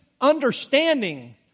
understanding